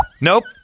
nope